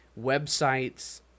websites